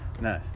No